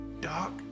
Doc